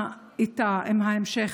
מה איתה, עם המשך?